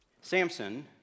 Samson